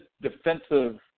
defensive